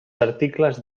articles